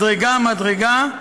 מדרגה-מדרגה,